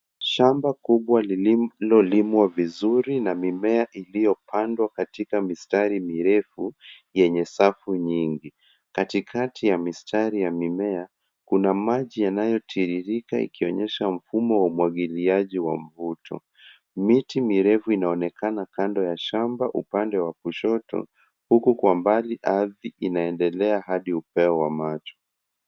Shamba kubwa lililolimwa vizuri na mimea iliyopandwa katika mistari mirefu, yenye safu nyingi. Katikati ya mistari ya mimea, kuna maji yanayotiririka ikionyesha mfumo wa umwagiliaji wa mvuto. Miti mirefu inaonekana kando ya shamba upande wa kushoto, huku kwa mbali ardhi inaendelea hadi upeo wa macho.